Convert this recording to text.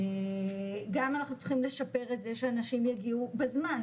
גם אנחנו צריכים לשפר את זה שאנשים יגיעו בזמן,